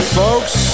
folks